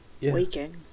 Waking